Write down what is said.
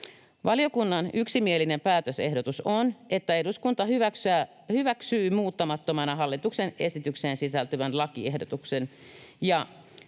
Valiokunnan yksimielinen päätösehdotus on, että eduskunta hyväksyy muuttamattomana hallituksen esitykseen sisältyvän lakiehdotuksen,